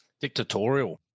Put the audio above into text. Dictatorial